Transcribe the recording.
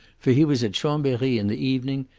for he was at chambery in the evening,